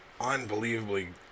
unbelievably